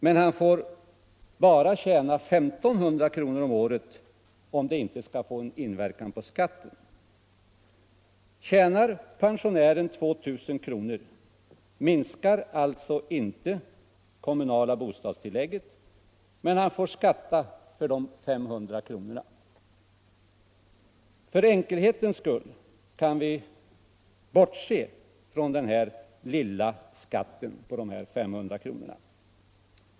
Men han får bara tjäna 1 500 kr. om året, om det inte skall få inverkan på skatten. Tjänar pensionären 2 000 kr. minskar alltså inte det kommunala bostadstillägget, men han får skatta för de 500 kronorna. För enkelhetens skull kan vi bortse från den här lilla skatten på de 500 kronorna.